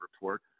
report